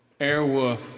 Airwolf